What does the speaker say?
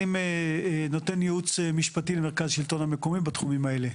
אני נותן ייעוץ משפטי למרכז השלטון המקומי בתחומים האלה.